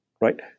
right